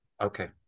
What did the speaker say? Okay